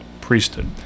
priesthood